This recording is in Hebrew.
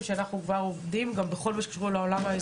גם אתם הבנתם את זה תוך כדי תנועה.